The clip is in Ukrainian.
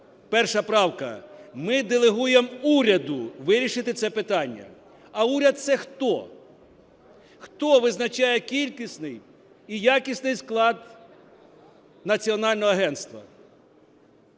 Перша правка. Ми делегуємо уряду вирішити це питання. А уряд – це хто? Хто визначає кількісний і якісний склад Національного агентства?